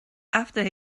after